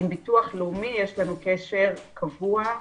עם ביטוח לאומי יש לנו קשר קבוע.